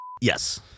Yes